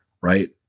right